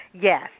Yes